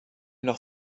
noch